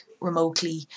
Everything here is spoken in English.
remotely